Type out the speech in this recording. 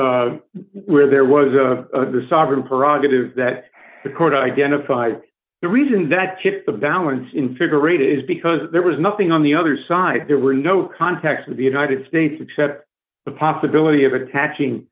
where where there was the sovereign prerogative that the court identified the reason that tipped the balance in figure eight is because there was nothing on the other side there were no contacts with the united states except the possibility of attaching